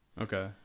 okay